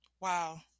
wow